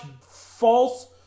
false